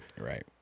Right